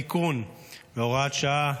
תיקון והוראת שעה,